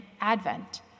Advent